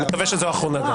אני מקווה שזו האחרונה.